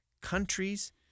countries